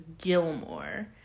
Gilmore